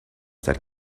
that